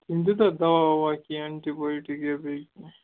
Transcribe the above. تٔمۍ دیُتا دَوا وَوا کینٛہہ اٮ۪نٹیٖبَیاٹِک یا بیٚیہِ کینٛہہ